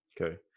Okay